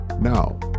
Now